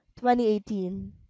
2018